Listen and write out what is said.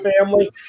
family